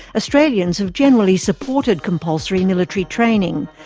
australians have generally supported compulsory military training,